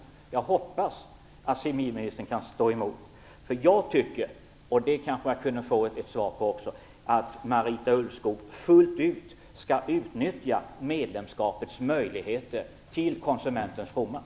Jag hoppas att civilministern kan stå emot. Jag tycker att Marita Ulvskog fullt ut skall utnyttja medlemskapets möjligheter till konsumentens fromma.